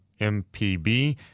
MPB